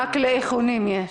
רק לאיכונים יש...